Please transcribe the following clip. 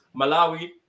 malawi